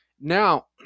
Now